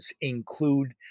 include